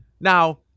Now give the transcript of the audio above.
now